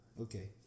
okay